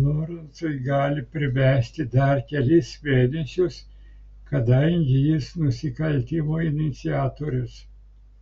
lorencui gali primesti dar kelis mėnesius kadangi jis nusikaltimo iniciatorius